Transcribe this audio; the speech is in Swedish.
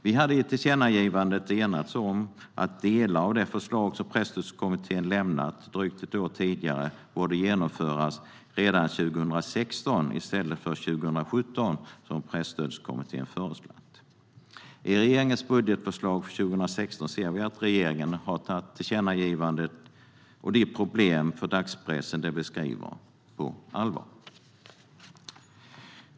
Vi hade i tillkännagivandet enats om att delar av det förslag som Presstödskommittén hade lämnat drygt ett år tidigare borde genomföras redan 2016 i stället för 2017 som Presstödskommittén föreslog. I regeringens budgetförslag för 2016 ser vi att regeringen har tagit tillkännagivandet och de problem för dagspressen som det beskriver på allvar.